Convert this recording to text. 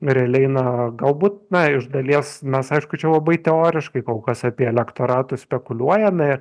realiai na galbūt na iš dalies mes aišku čia labai teoriškai kol kas apie elektoratus spekuliuojame